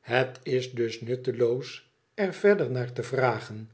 het is dus nutteloos er verder naar te vragen